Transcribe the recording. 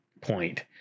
point